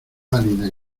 pálida